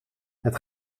het